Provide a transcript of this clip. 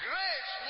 Grace